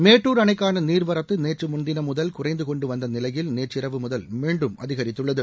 மேட்டுர் அணைக்கான நீர்வரத்து நேற்று முன்தினம் முதல் குறைந்துகொண்டு வந்த நிலையில் நேற்றிரவு முதல் மீண்டும் அதிகரித்துள்ளது